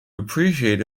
appreciate